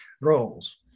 roles